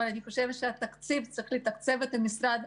אבל אני חושבת שצריך לתקצב את המשרד.